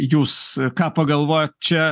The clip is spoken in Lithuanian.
jūs ką pagalvojo čia